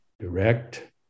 direct